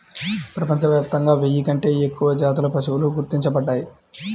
ప్రపంచవ్యాప్తంగా వెయ్యి కంటే ఎక్కువ జాతుల పశువులు గుర్తించబడ్డాయి